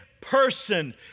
person